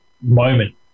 moment